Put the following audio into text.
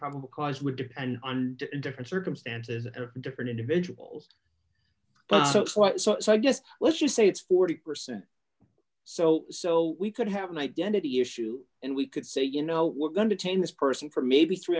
probable cause would depend on different circumstances and different individuals but so i guess let's just say it's forty percent so so we could have an identity issue and we could say you know we're going to take this person for maybe three